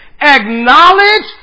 acknowledge